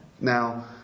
Now